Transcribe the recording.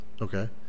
Okay